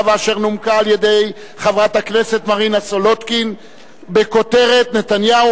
ואשר נומקה על-ידי חברת הכנסת מרינה סולודקין בכותרת: נתניהו